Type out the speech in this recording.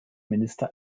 minister